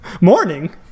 Morning